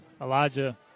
Elijah